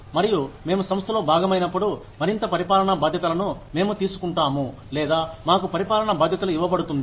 మరియు మేము సంస్థలో భాగమైనప్పుడు మరింత పరిపాలన బాధ్యతలను మేము తీసుకుంటాము లేదా మాకు పరిపాలన బాధ్యతలు ఇవ్వబడుతుంది